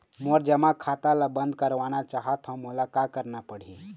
मोर जमा खाता ला बंद करवाना चाहत हव मोला का करना पड़ही?